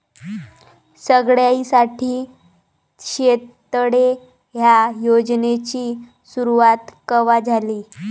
सगळ्याइसाठी शेततळे ह्या योजनेची सुरुवात कवा झाली?